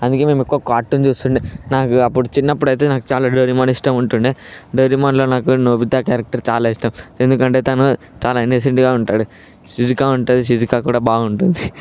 అందుకే మేము ఎక్కువ కార్టూన్ చూస్తుండే నాకు అప్పుడు చిన్నప్పుడైతే నాకు చాలా డోరోమాన్ ఇష్టముంటుండే డోరేమాన్లో నాకు నోబితా క్యారెక్టర్ చాలా ఇష్టం ఎందుకంటే తను చాలా ఇన్నోసెంట్గా ఉంటాడు సిజుకా ఉంటుంది సిజుకా కూడా బాగుంటుంది